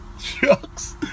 Shucks